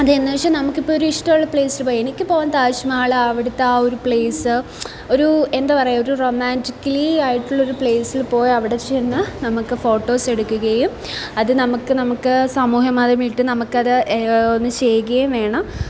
അത് എന്നുവച്ചാൽ നമുക്ക് ഇപ്പം ഒരു ഇഷ്ടം ഉള്ള പ്ലേസില് പോവാം എനിക്ക് പോവാൻ താജ്മഹൽ അവിടുത്തെ ആ ഒരു പ്ലേസ് ഒരു എന്താ പറയുക ഒരു റൊമാൻറ്റിക്കലി ആയിട്ടുള്ള ഒരു പ്ലേസിൽ പോയി അവിടെ ചെന്ന് നമുക്ക് ഫോട്ടോസ് എടുക്കുകയും അത് നമുക്ക് നമുക്ക് സമൂഹ മാധ്യമങ്ങളിലിട്ട് നമുക്ക് അത് ഒന്ന് ചെയ്യുകയും വേണം